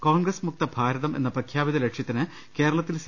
കോൺഗ്രസ് മുക്തഭാരതം എന്ന പ്രഖ്യാപിത ലക്ഷ്യത്തിന് കേരളത്തിൽ സി